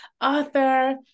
author